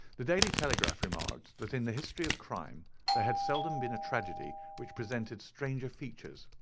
the daily telegraph remarked that in the history of crime there had seldom been a tragedy which presented stranger features.